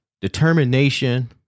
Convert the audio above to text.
determination